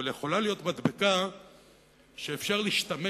אבל יכולה להיות מדבקה שאפשר להשתמש